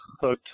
hooked